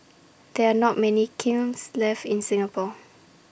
there are not many kilns left in Singapore